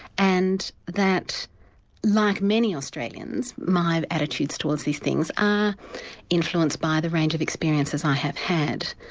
and that like many australians, my attitudes towards these things are influenced by the range of experiences i have had.